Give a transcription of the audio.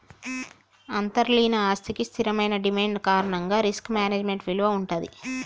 అంతర్లీన ఆస్తికి స్థిరమైన డిమాండ్ కారణంగా రిస్క్ మేనేజ్మెంట్ విలువ వుంటది